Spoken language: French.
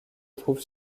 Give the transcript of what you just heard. trouver